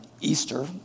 Easter